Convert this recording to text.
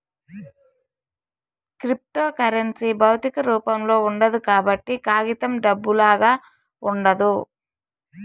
cryptocurrency భౌతిక రూపంలో ఉండదు కాబట్టి కాగితం డబ్బులాగా ఉండదు